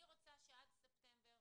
אני רוצה שעד ספטמבר